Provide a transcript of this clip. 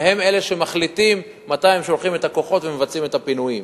והם אלה שמחליטים מתי הם שולחים את הכוחות ומבצעים את הפינויים.